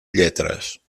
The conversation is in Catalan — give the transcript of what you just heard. lletres